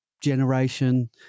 generation